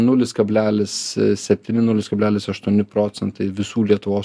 nulis kablelis septyni nulis kablelis aštuoni procentai visų lietuvos